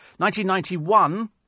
1991